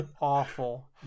Awful